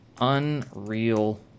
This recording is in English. Unreal